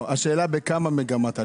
השאלה בכמה מגמת עלייה.